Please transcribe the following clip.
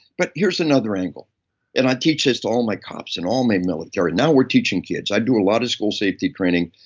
but here's another angle and i teach this to all my cops and all my military. now we're teaching kids. i do a lot of school safety training,